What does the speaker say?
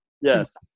Yes